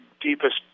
deepest